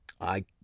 I